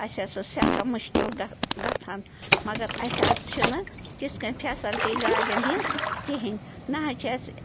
اَسہِ حظ ٲس سٮ۪ٹھاہ مُشکِل گژھان مگر اَسہِ حظ چھِنہٕ تِتھ کٔنۍ فٮ۪سَلٹی گاڑٮ۪ن ہِنٛز کِہیٖنۍ نَہ حظ چھِ اَسہِ